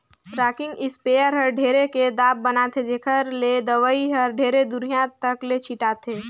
rocking sprayer हर ढेरे के दाब बनाथे जेखर ले दवई हर ढेरे दुरिहा तक ले छिटाथे